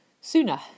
sooner